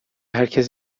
هرکس